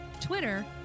Twitter